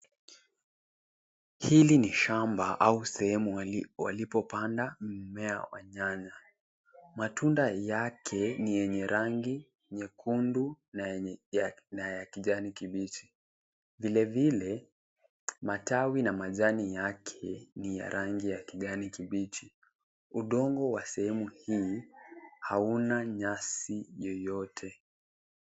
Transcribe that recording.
Hili ni shamba au sehemu walipopanda mmea wa nyanya. Matunda yake ni yenye rangi nyekundu na ya kijani kibichi. Vilevile, matawi na majani yake ni ya rangi ya kijani kibichi. Udongo wa sehemu hii hauna nyasi yoyote.